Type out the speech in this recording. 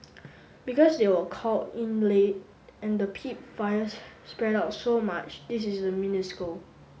because they were called in late and the peat fires spread out so much this is minuscule